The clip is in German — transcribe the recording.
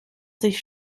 sich